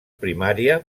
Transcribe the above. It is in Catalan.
primària